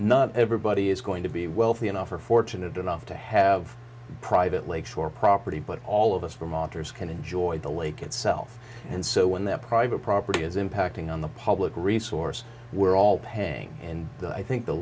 not everybody is going to be wealthy enough or fortunate enough to have private lake shore property but all of us from otters can enjoy the lake itself and so when their private property is impacting on the public resource we're all paying and i think the